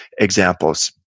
examples